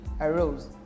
arose